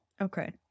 Okay